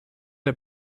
der